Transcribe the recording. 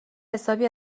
حسابی